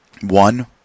one